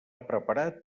preparat